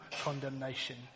condemnation